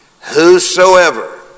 Whosoever